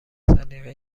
سلیقه